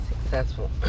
successful